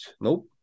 Nope